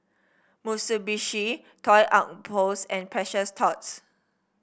Mitsubishi Toy Outpost and Precious Thots